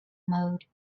mode